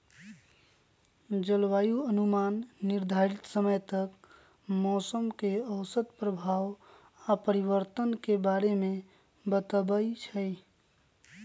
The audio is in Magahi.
जलवायु अनुमान निर्धारित समय तक मौसम के औसत प्रभाव आऽ परिवर्तन के बारे में बतबइ छइ